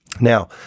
Now